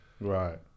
Right